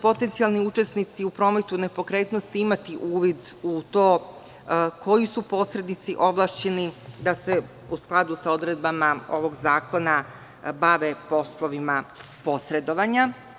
Potencijalni učesnici u prometu nepokretnosti će imati uvid u to koji su posrednici ovlašćeni da se, u skladu sa odredbama ovog zakona, bave poslovima posredovanja.